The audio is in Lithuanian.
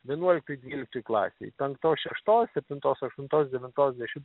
vienuoliktoj dvyliktoj klasėj penktos šeštos septintos aštuntos devintos dešim